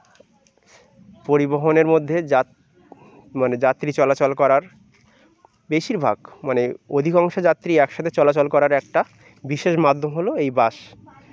পরিবহনের মধ্যে জাত মানে যাত্রী চলাচল করার বেশিরভাগ মানে অধিকাংশ যাত্রী একসাথে চলাচল করার একটা বিশেষ মাধ্যম হলো এই বাস